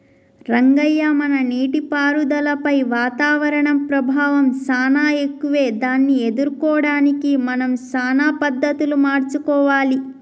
రంగయ్య మన నీటిపారుదలపై వాతావరణం ప్రభావం సానా ఎక్కువే దాన్ని ఎదుర్కోవడానికి మనం సానా పద్ధతులు మార్చుకోవాలి